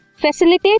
Facilitate